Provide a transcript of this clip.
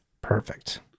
Perfect